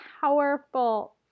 powerful